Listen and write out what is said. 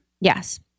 Yes